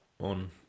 on